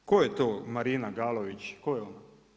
Tko je to Marina Galović, tko je ona?